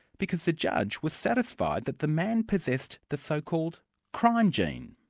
because the judge was satisfied that the man possessed the so-called crime gene.